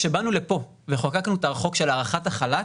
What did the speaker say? כשבאנו לפה וחוקקנו את החוק של הארכת החל"ת